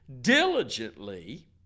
diligently